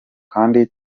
kandi